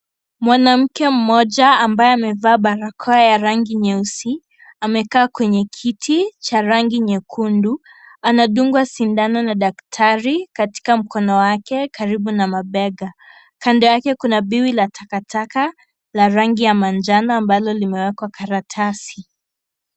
Mwanamke mmoja ambaye amevaa barakoa ya rangi nyeusi amekaa kwenye kiti cha rangi nyekundu. Anadungwa sindano na daktari katika mkono wake karibu na mabega. Kando yake kuna biwi la takataka la rangi ya manjano ambalo limewekwa karatasi.